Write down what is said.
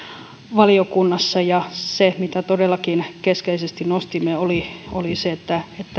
valiokunnassa se mitä todellakin keskeisesti nostimme oli oli se että